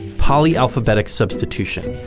polyalphabetic substitution,